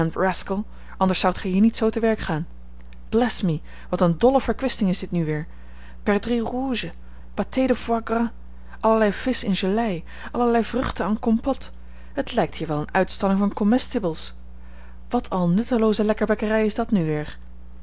anders zoudt gij hier niet zoo te werk gaan bless me wat een dolle verkwisting is dit nu weer perdrix rouges pâté de foie gras allerlei visch in gelei allerlei vruchten en compôtes het lijkt hier wel eene uitstalling van comestibles wat al nuttelooze lekkerbekkerij is dat nu weer